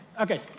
Okay